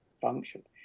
function